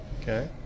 Okay